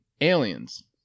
aliens